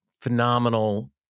phenomenal